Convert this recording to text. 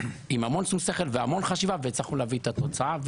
הכול נעשה עם המון שום שכל והמון מחשבה והצלחנו להביא את התוצאה.